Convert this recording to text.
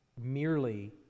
merely